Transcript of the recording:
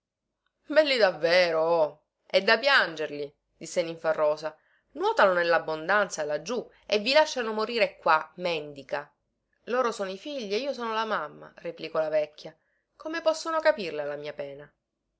belli davvero oh e da piangerli disse ninfarosa nuotano nellabbondanza laggiù e vi lasciano morire qua mendica loro sono i figli e io sono la mamma replicò la vecchia come possono capirla la mia pena